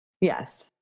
yes